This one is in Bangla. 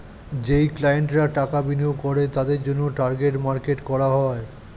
যেই ক্লায়েন্টরা টাকা বিনিয়োগ করে তাদের জন্যে টার্গেট মার্কেট করা হয়